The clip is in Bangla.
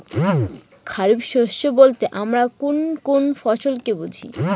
খরিফ শস্য বলতে আমরা কোন কোন ফসল কে বুঝি?